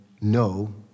no